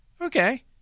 okay